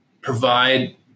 provide